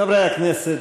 חברי הכנסת,